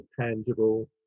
tangible